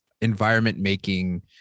environment-making